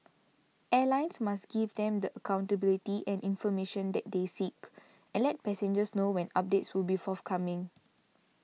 airlines must give them the accountability and information that they seek and let passengers know when updates will be forthcoming